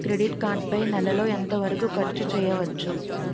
Credit card పై నెల లో ఎంత వరకూ ఖర్చు చేయవచ్చు?